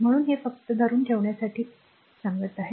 म्हणून मी हे फक्त धरून ठेवण्यासाठी हटवत आहे